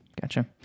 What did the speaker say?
Gotcha